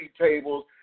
tables